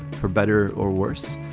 for better or worse?